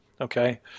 okay